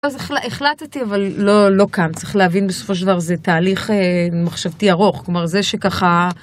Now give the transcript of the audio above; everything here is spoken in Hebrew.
אז החלטתי אבל לא כאן, צריך להבין בסופו של דבר זה תהליך מחשבתי ארוך, כלומר זה שככה...